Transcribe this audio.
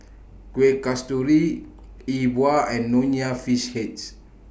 Kueh Kasturi E Bua and Nonya Fish Heads